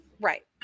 Right